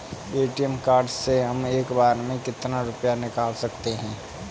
ATM card से हम एक बार में कितना रुपया निकाल सकते हैं?